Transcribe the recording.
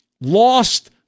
lost